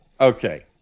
Okay